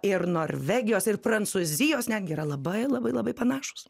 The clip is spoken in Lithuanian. ir norvegijos ir prancūzijos netgi yra labai labai labai panašūs